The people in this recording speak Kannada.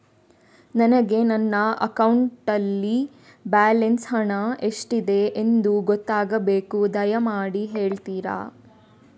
ನನಗೆ ನನ್ನ ಅಕೌಂಟಲ್ಲಿ ಬ್ಯಾಲೆನ್ಸ್ ಹಣ ಎಷ್ಟಿದೆ ಎಂದು ಗೊತ್ತಾಗಬೇಕು, ದಯಮಾಡಿ ಹೇಳ್ತಿರಾ?